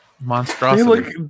Monstrosity